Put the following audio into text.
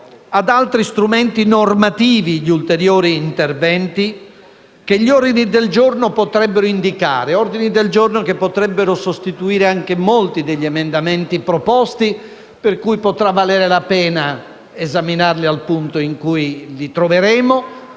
ad altri strumenti normativi gli ulteriori interventi che gli ordini del giorno potrebbero indicare. Ordini del giorno che potrebbero sostituire anche molti degli emendamenti proposti, per cui potrà valere la pena esaminarli al punto in cui li troveremo,